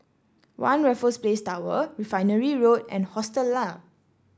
One Raffles Place Tower Refinery Road and Hostel Lah